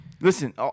Listen